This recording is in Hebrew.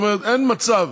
כלומר, אין מצב